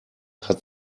hat